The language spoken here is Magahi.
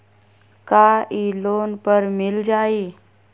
का इ लोन पर मिल जाइ?